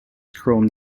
chrome